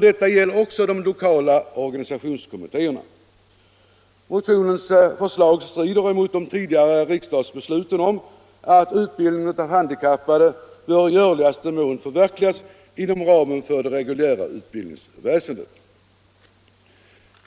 Detta gäller även de lokala organisationskommittéerna. Motionärernas förslag strider mot de tidigare riksdagsbeluten om att utbildningen av de handikappade bör i görligaste mån förverkligas inom ramen för det reguljära utbildningsväsendet.